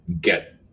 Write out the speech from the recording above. get